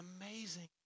amazing